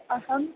अहम्